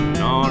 no